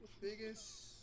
Biggest